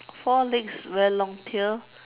four legs very long tail